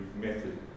method